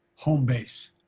home base,